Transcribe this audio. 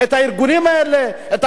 נשלח אותם גם לכלא.